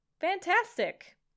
Fantastic